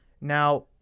Now